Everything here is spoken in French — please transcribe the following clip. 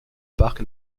parc